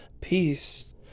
peace